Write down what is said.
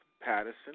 Patterson